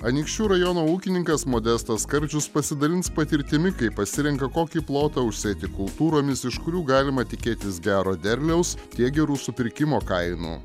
anykščių rajono ūkininkas modestas skardžius pasidalins patirtimi kaip pasirenka kokį plotą užsėti kultūromis iš kurių galima tikėtis gero derliaus tiek gerų supirkimo kainų